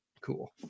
cool